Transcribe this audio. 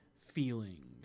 feeling